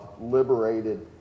liberated